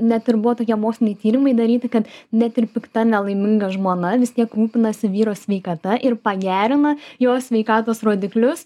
net ir buvo tokie moksliniai tyrimai daryti kad net ir pikta nelaiminga žmona vis tiek rūpinasi vyro sveikata ir pagerina jo sveikatos rodiklius